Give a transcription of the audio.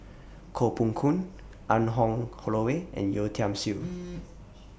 Koh Poh Koon Anne Hong Holloway and Yeo Tiam Siew